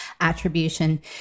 attribution